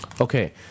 okay